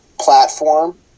platform